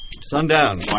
Sundown